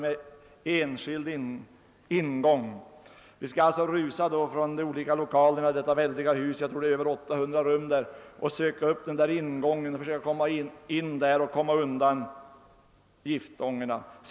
Vi skall alltså rusa från de olika lokalerna i det nya riksdagshuset med omkring 800 rum och försöka komma undan giftångorna genom att försvinna in genom den särskilda ingången till detta rökfria rum.